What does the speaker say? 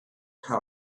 how